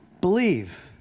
Believe